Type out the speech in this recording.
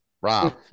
Rob